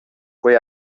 quei